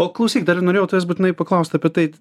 o klausyk dar ir norėjau tavęs būtinai paklaust apie tai